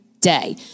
day